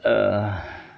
err